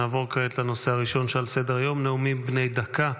נעבור כעת לנושא הראשון שעל סדר-היום: נאומים בני דקה.